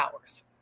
Hours